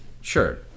Sure